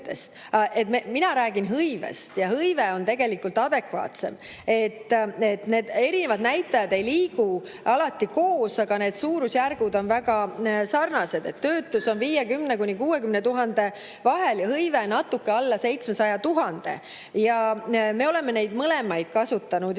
Mina räägin hõivest ja hõive on tegelikult adekvaatsem [näitaja]. Erinevad näitajad ei liigu alati koos, aga suurusjärgud on väga sarnased. Töötus on 50 000 ja 60 000 vahel ning hõive natuke alla 700 000. Me oleme neid mõlemaid kasutanud, just